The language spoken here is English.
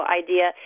idea